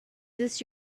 this